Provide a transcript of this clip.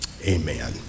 Amen